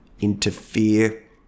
interfere